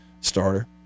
starter